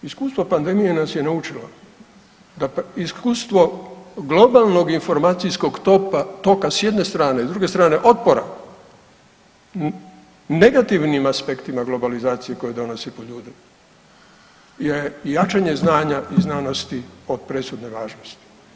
Iskustvo pandemije nas je naučilo, iskustvo globalnog informacijskog toka s jedne strane, s druge strane, otpora, negativnim aspektima globalizacije koja donosi po ljude je jačanje znanja i znanosti od presudne važnosti.